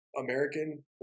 American